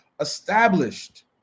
established